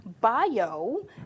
bio